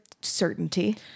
certainty